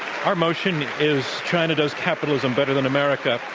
our motion is china does capitalism better than america.